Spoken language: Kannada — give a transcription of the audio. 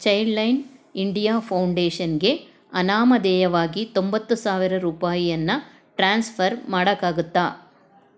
ಚೈಲ್ಡ್ಲೈನ್ ಇಂಡಿಯಾ ಫೌಂಡೇಷನ್ಗೆ ಅನಾಮಧೇಯವಾಗಿ ತೊಂಬತ್ತು ಸಾವಿರ ರೂಪಾಯನ್ನು ಟ್ರಾನ್ಸ್ಫರ್ ಮಾಡಕ್ಕಾಗತ್ತಾ